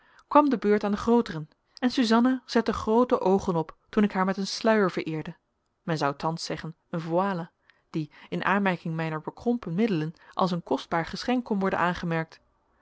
kwam de beurt aan de grooteren en suzanna zette groote oogen op toen ik haar met een sluier vereerde men zou thans zeggen een voile die in aanmerking mijner bekrompen middelen als een kostbaar geschenk kon worden aangemerkt